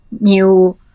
new